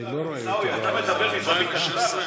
עיסאווי, אתה מדבר מזווית השטר?